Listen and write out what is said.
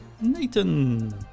Nathan